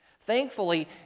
Thankfully